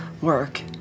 work